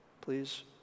please